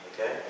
Okay